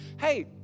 hey